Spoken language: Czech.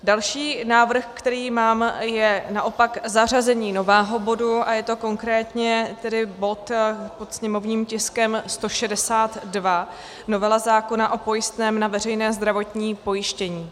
Další návrh, který mám, je naopak zařazení nového bodu a je to konkrétně bod pod sněmovním tiskem 162, novela zákona o pojistném na veřejné zdravotní pojištění.